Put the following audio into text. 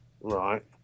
Right